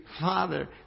Father